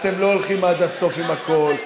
אתם לא הולכים עד הסוף עם הכול.